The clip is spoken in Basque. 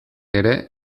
ere